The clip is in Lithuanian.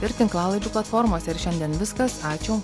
ir tinklalaidžių platformose ir šiandien viskas ačiū